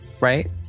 right